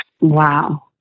wow